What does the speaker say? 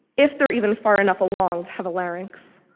if they're even far enough along to have a larynx.